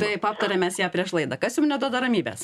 taip aptarėm mes ją prieš laidą kas jum neduoda ramybės